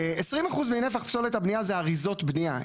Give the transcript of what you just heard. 20% מנפח פסולת הבנייה זה אריזות בנייה.